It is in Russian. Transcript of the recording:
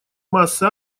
массы